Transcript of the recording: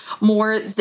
more